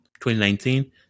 2019